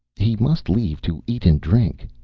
he must leave to eat and drink,